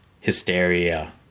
hysteria